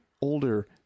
older